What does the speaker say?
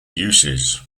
uses